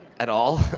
at all.